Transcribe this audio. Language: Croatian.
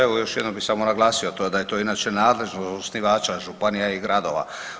Evo još jednom bi samo naglasio da je to inače nadležnost osnivača županija i gradova.